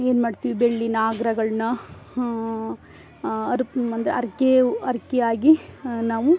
ಏನು ಮಾಡ್ತೀವಿ ಬೆಳ್ಳಿ ನಾಗರಗಳನ್ನು ಹರ್ಕೆ ಒಂದು ಹರ್ಕೆವು ಹರ್ಕೆಯಾಗಿ ನಾವು